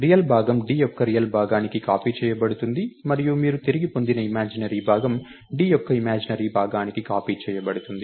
real భాగం d యొక్క real భాగానికి కాపీ చేయబడుతుంది మరియు మీరు తిరిగి పొందిన ఇమాజినరీ భాగం d యొక్క ఇమాజినరీ భాగానికి కాపీ చేయబడుతుంది